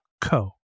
co